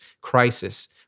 crisis